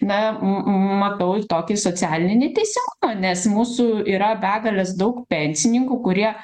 na m matau ir tokį socialinį neteisingumą nes mūsų yra begalės daug pensininkų kurie